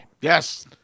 Yes